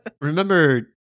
remember